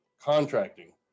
contracting